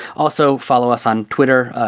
also, follow us on twitter.